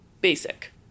Basic